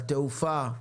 התעופה,